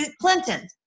Clinton